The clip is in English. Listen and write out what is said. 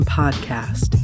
podcast